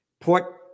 Port